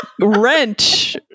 wrench